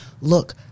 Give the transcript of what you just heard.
look